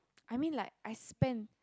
I mean like I spend